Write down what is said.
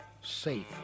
safe